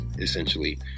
essentially